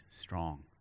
strong